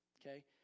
Okay